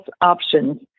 options